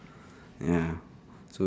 mm so